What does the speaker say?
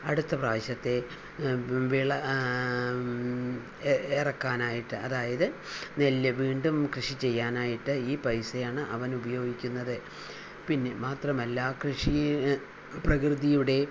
അടുത്ത പ്രാവശ്യത്തെ വിള ഇറക്കാനായിട്ട് അതായത് നെല്ല് വീണ്ടും കൃഷി ചെയ്യാനായിട്ട് ഈ പൈസയാണ് അവൻ ഉപയോഗിക്കുന്നത് പിന്നെ മാത്രമല്ല കൃഷി പ്രകൃതിയുടെ